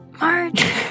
March